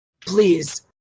please